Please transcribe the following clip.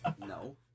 No